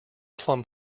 plum